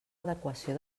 adequació